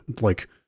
like-